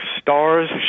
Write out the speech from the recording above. stars